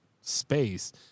space